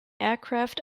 aircraft